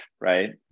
right